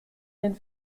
den